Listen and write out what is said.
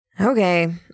Okay